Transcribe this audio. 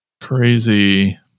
crazy